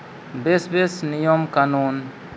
ᱵᱮᱥ ᱵᱮᱥ ᱱᱤᱭᱚᱢ ᱠᱟᱹᱱᱩᱱ